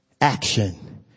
action